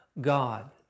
God